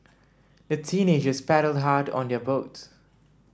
the teenagers paddled hard on their boat